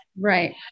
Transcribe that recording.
Right